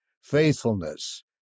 faithfulness